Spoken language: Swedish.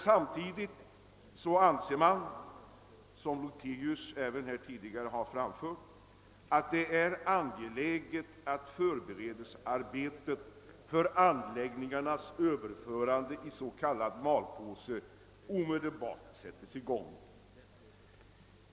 Samtidigt anser man dock, såsom även herr Lothigius tidigare understrukit, att det är angeläget att förberedelsearbetet för anläggningarnas överförande i s.k. malpåse omedelbart sättes i gång.